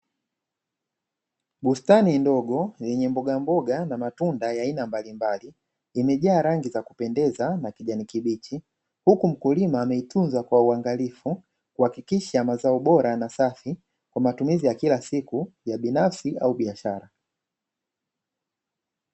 Bustani ndogo yenye mbogamboga na matunda ya aina mbalimbali. Imejaa rangi za kupendeza na kijani kibichi, huku mkulima ameitunza kwa uangalifu kuhakikisha mazao bora na safi kwa matumizi ya kila siku ya binafsi au biashara.